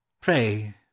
pray